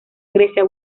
grecia